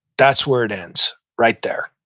that's where it ends, right there.